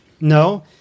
no